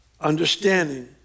understanding